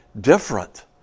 different